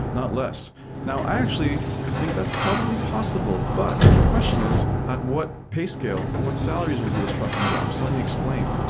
not less now i actually think that's probably possible, because but the question is at what pay scale, what salaries will be those trucking jobs. let me explain.